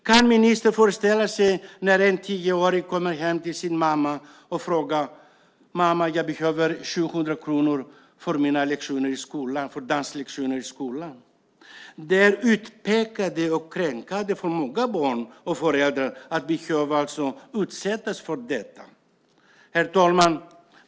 Kan ministern föreställa sig när en tioåring kommer hem till sin mamma och säger: Mamma, jag behöver 700 kronor för mina danslektioner i skolan! Det är utpekande och kränkande för många barn och föräldrar att behöva utsättas för detta. Herr talman!